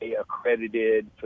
accredited